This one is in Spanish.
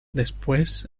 después